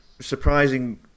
surprising